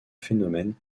phénomène